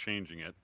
changing it